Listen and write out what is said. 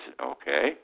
okay